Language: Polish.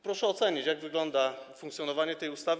Proszę ocenić, jak wygląda funkcjonowanie tej ustawy.